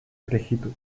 frijitu